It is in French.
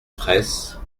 fraysse